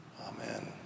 Amen